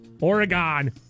Oregon